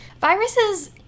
Viruses